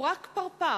הוא רק פרפר,